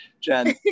Jen